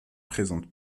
présente